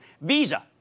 Visa